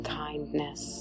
kindness